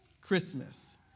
Christmas